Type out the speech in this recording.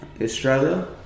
Australia